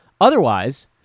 Otherwise